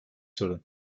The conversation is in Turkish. sorun